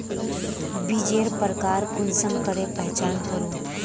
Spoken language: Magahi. बीजेर प्रकार कुंसम करे पहचान करूम?